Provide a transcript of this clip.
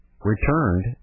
Returned